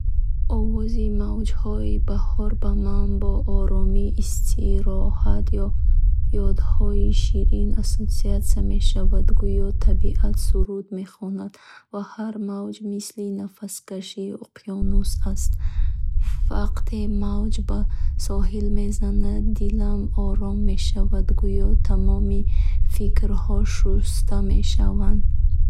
Овози мавҷҳои баҳр ба ман бо оромӣ, истироҳат ва ёдҳои ширин ассоатсия мешавад. Гӯё табиат суруд мехонад, ва ҳар мавҷ мисли нафаскашии уқёнус аст. Вақте мавҷ ба соҳил мезанад, дилам ором мешавад, гӯё тамоми фикрҳо шуста мешаванд.